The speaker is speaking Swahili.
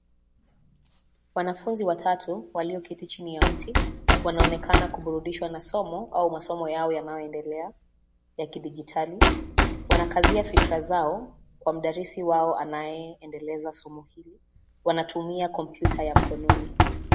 Wanafunzi watatu walioketi chini ya mti wanaonekana kuburudishwa na somo au masomo yao yanayoendelea ya kidijitali. Wanakazia fikra zao kwa mdarisi wao anayeendeleza somo hili, wanatumia kompyuta ya mkononi.